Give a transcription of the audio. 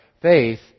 faith